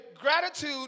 gratitude